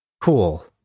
Cool